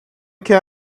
can